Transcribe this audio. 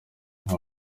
nka